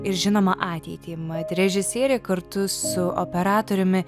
ir žinoma ateitį mat režisierė kartu su operatoriumi